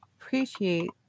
appreciate